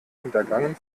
hintergangen